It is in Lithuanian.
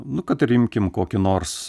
nu kad ir imkim kokį nors